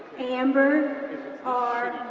amber r.